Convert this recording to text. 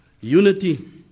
unity